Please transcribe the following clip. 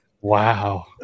Wow